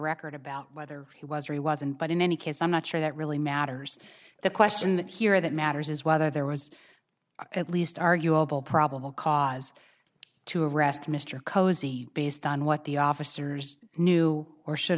record about whether he was really wasn't but in any case i'm not sure that really matters the question here that matters is whether there was at least arguable probable cause to arrest mr cosey based on what the officers knew or should